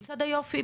לצד היופי,